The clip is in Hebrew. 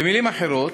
במילים אחרות,